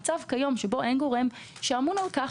היום אין גורם שאמון על כך,